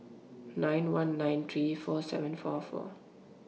nine one nine three four seven four four